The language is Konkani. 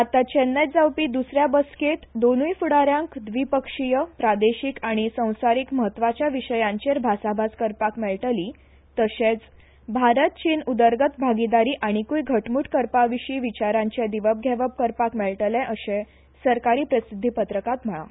आतां चेन्नय जावपी दुसरे बसकेंत दोनूय फुडा यांक द्विपक्षीय प्रादेशीक आनी संवसारीक म्हत्वाच्या विशयांचेर भासाभास करपाक मेळटली तशेंच भारत चीन उदरगत भागिदारी आनिकूय घटमूट करपा विशीं विचारांचे दिवप घेवप करपाक मेळटले अशें सरकारी प्रसिद्धीपत्रकांत म्हळां